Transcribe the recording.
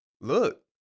look